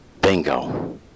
bingo